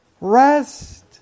Rest